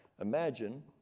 imagine